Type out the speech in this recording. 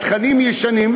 התכנים ישנים,